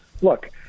look